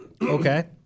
Okay